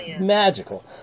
magical